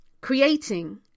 creating